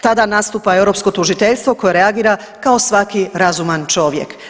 Tada nastupa europsko tužiteljstvo koje reagira kao svaki razuman čovjek.